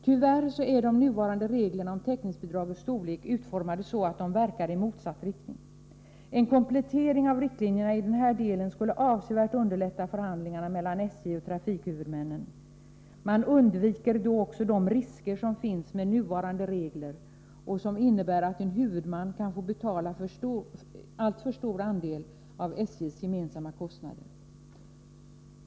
Tyvärr är de nuvarande reglerna om täckningsbidragets storlek utformade så att de verkar i motsatt riktning. En komplettering av riktlinjerna i denna del skulle avsevärt underlätta förhandlingarna mellan SJ och trafikhuvudmännen. Man undviker då också de risker som finns med nuvarande regler och som innebär att en huvudman kan få betala alltför stor andel av SJ:s gemensamma kostnader.